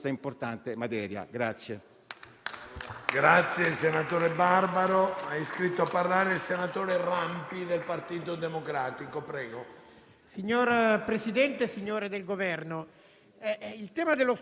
Signor Presidente, signori del Governo, il tema dello sport è uno dei temi costitutivi della natura umana. Gli antropologi ci dicono che è la sublimazione della caccia e della guerra, qualcosa che